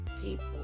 people